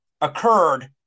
occurred